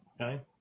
Okay